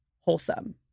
wholesome